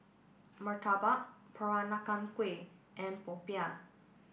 Murtabak Peranakan Kueh and Popiah